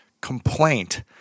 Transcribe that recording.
Complaint